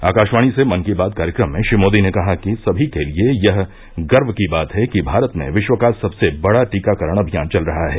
आकाशवाणी से मन की बात कार्यक्रम में श्री मोदी ने कहा कि सभी के लिए यह गर्य की बात है कि भारत में विश्व का सबसे बड़ा टीकाकरण अभियान चल रहा है